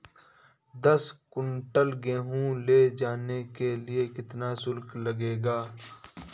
दस कुंटल गेहूँ ले जाने के लिए कितना शुल्क लगेगा?